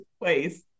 place